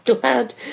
Glad